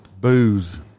Booze